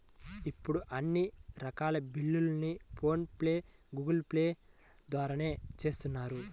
ఇప్పుడు అన్ని రకాల బిల్లుల్ని ఫోన్ పే లేదా గూగుల్ పే ల ద్వారానే చేత్తన్నారు